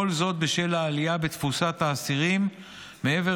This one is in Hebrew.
כל זאת בשל העלייה בתפוסת האסירים מעבר